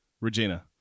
Regina